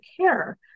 care